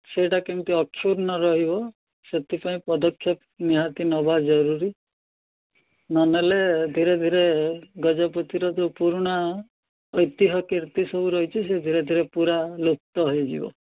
ସେଇଟା କେମିତି ଅକ୍ଷୁର୍ଣ୍ଣ ରହିବ ସେଥିପାଇଁ ପଦକ୍ଷେପ ନିହାତି ନେବା ଜରୁରୀ ନନେଲେ ଧୀରେ ଧୀରେ ଗଜପତିର ଯେଉଁ ପୁରୁଣା ଐତିହ୍ୟ କୀର୍ତ୍ତି ସବୁ ରହିଛି ସେ ଧୀରେ ଧୀରେ ପୁରା ଲୁପ୍ତ ହୋଇଯିବ